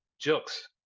Jokes